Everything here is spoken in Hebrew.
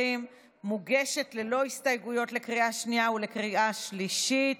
מוגשת ללא הסתייגויות לקריאה שנייה ולקריאה שלישית.